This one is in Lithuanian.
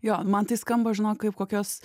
jo man tai skamba žinok kaip kokios